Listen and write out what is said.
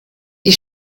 die